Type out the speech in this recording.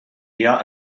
eher